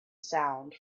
sound